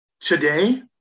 today